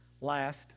Last